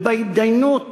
ובהתדיינות